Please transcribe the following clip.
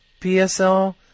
PSL